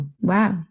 Wow